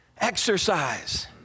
Exercise